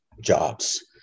jobs